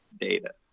data